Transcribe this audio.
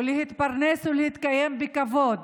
להתפרנס ולהתקיים בכבוד,